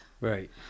Right